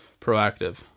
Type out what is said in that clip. proactive